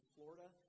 Florida